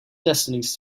destinies